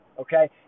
okay